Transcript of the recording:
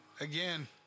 Again